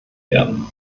werden